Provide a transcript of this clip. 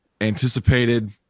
anticipated